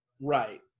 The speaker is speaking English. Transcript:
Right